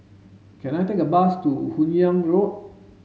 can I take a bus to Hun Yeang Road